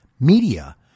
Media